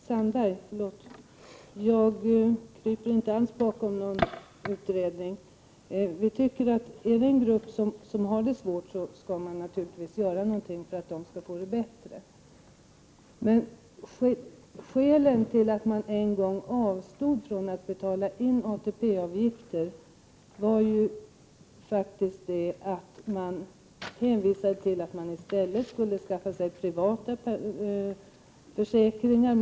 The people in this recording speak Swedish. Herr talman! Jag kryper inte alls bakom någon utredning, Barbro Sandberg. Finns det en grupp som har det svårt, tycker vi naturligtvis att man skall göra någonting för att den skall få det bättre. Men skälet till att dessa människor en gång avstod från att betala in ATP-avgifter var att de i stället skulle skaffa sig privata försäkringar.